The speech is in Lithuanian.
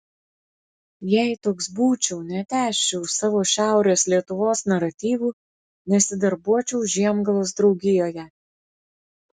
jei toks būčiau netęsčiau savo šiaurės lietuvos naratyvų nesidarbuočiau žiemgalos draugijoje